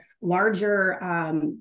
larger